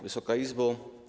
Wysoka Izbo!